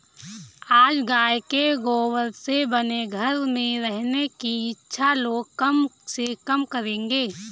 आज गाय के गोबर से बने घर में रहने की इच्छा लोग कम से कम करेंगे